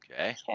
Okay